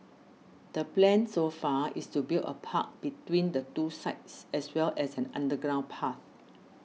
the plan so far is to build a park between the two sites as well as an underground path